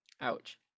Ouch